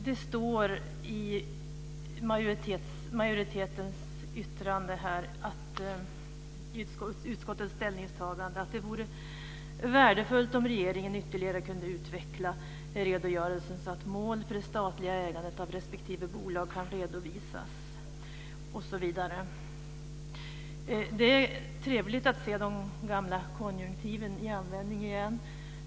Det står i utskottets ställningstagande att det vore värdefullt om regeringen ytterligare kunde utveckla redogörelsen så att mål för det statliga ägandet av respektive bolag kan redovisas osv. Det är trevligt att se de gamla konjunktiven i användning igen.